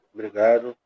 Obrigado